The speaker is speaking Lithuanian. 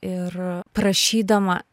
ir prašydama